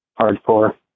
hardcore